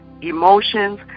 emotions